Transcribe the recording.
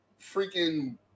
freaking